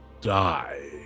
die